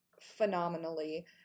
phenomenally